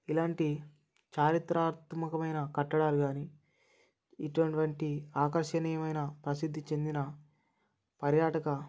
ఇలాంటి చారిత్రాత్మకమైన కట్టడాలు కానీ ఇటువంటి ఆకర్షణీయమైన ప్రసిద్ధి చెందిన పర్యాటక